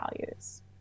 values